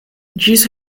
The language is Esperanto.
ĝis